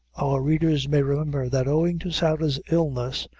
our readers may remember that owing to sarah's illness,